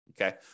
okay